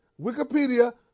Wikipedia